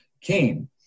came